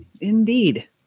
Indeed